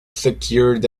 secured